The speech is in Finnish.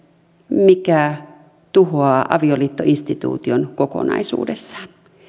mikä tuhoaa avioliittoinstituution kokonaisuudessaan